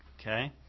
okay